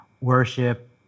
worship